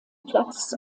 platz